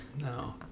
No